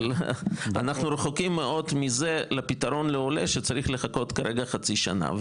אבל אנחנו רחוקים מאוד מזה לפתרון לעולה שצריך לחכות חצי שנה.